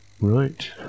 Right